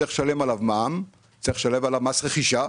צריך לשלם עליו מע"מ וצריך לשלם עליו מס רכישה.